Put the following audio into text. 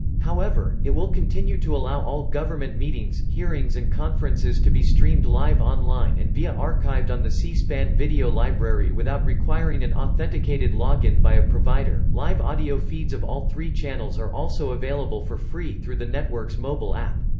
however, it will continue to allow all government meetings, hearings and conferences to be streamed live online and via archived on the c-span video library without requiring an authenticated login by a provider live audio feeds of all three channels are also available for free through the network's mobile app.